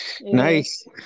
Nice